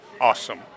awesome